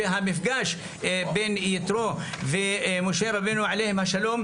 והמפגש בין יתרו ומשה רבנו עליהם השלום,